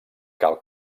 cal